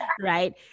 right